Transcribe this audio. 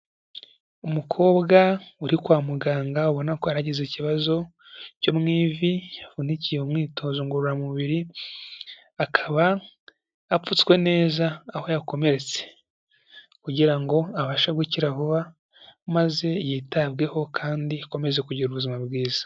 Umukobwa uri kwa muganga ubona yari agize ikibazo cyo mu ivi, yavunikiye mu mwitozo ngororamubiri akaba apfutswe neza aho yakomeretse kugira ngo abashe gukira vuba maze yitabweho kandi akomeze kugira ubuzima bwiza.